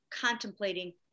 contemplating